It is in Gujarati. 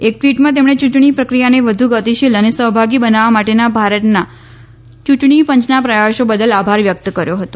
એક ટ્વીટમાં તેમણે યૂંટણી પ્રક્રિયાને વધુ ગતિશીલ અને સહભાગી બનાવવા માટેના ભારતના ચૂંટણી પંચના પ્રયાસો બદલ આભાર વ્યક્ત કર્યો હતો